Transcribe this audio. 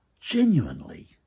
genuinely